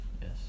Yes